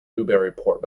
newburyport